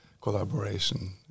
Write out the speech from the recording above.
collaboration